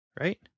right